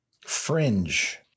Fringe